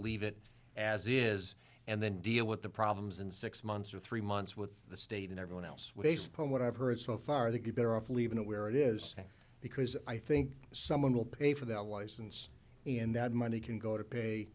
leave it as it is and then deal with the problems in six months or three months with the state and everyone else with a sperm what i've heard so far they get better off leaving it where it is because i think someone will pay for their license and that money can go to pay